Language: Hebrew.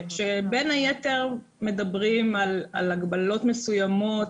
כשבין היתר מדברים על הגבלות מסוימות